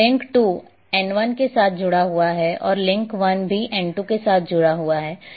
तो link 2 N 1 के साथ जुड़ा हुआ है और लिंक 1 भी N 2 के साथ जुड़ा हुआ है